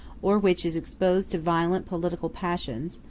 or which is exposed to violent political passions,